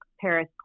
Paris